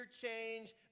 change